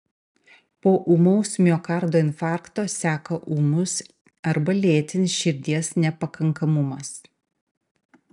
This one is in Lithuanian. po ūmaus miokardo infarkto seka ūmus arba lėtinis širdies nepakankamumas